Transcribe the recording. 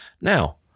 Now